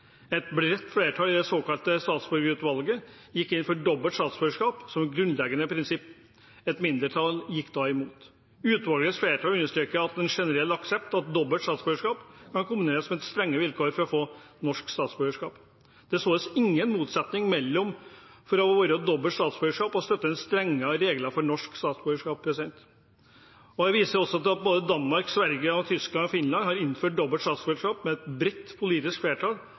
Et bredt flertall i det såkalte statsborgerutvalget gikk inn for dobbelt statsborgerskap som grunnleggende prinsipp. Et mindretall gikk imot det forslaget. Utvalgets flertall understreket at en generell aksept av dobbelt statsborgerskap kan kombineres med strenge vilkår for å få norsk statsborgerskap. Det er således ingen motsetning mellom å være for dobbelt statsborgerskap og å støtte strengere regler for norsk statsborgerskap. Jeg vil i den forbindelse vise til at både Danmark, Sverige, Tyskland og Finland har innført dobbelt statsborgerskap med brede politiske flertall